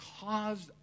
caused